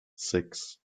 six